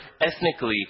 ethnically